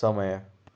समय